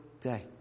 day